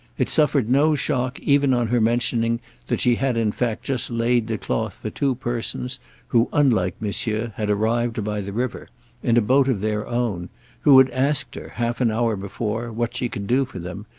it suffered no shock even on her mentioning that she had in fact just laid the cloth for two persons who, unlike monsieur, had arrived by the river in a boat of their own who had asked her, half an hour before, what she could do for them,